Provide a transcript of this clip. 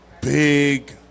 big